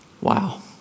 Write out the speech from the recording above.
Wow